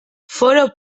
foroeus